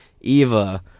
Eva